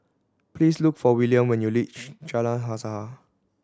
please look for William when you reach Jalan Usaha